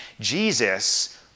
Jesus